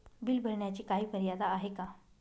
Bill भरण्याची काही मर्यादा आहे का?